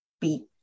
beat